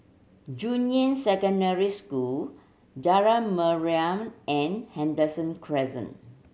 Secondary School Jalan Mariam and Henderson Crescent